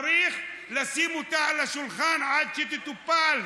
צריך לשים אותה על השולחן עד שתטופל.